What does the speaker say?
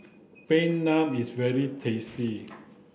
plain naan is very tasty